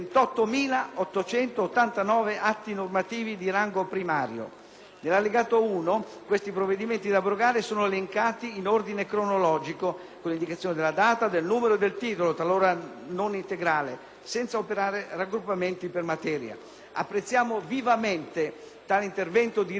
Nell'Allegato 1 questi provvedimenti da abrogare sono elencati in ordine cronologico, con indicazione della data, del numero e del titolo (talora non integrale), senza operare raggruppamenti per materia. Apprezziamo vivamente tale intervento di riduzione dello *stock* di leggi esistenti, quasi tutte di incerta o dubbia vigenza.